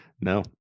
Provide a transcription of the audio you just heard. No